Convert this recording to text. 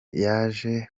yaje